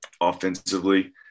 offensively